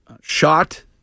shot